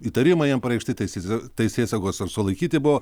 įtarimai jam pareikšti tai jis teisėsaugos ar sulaikyti buvo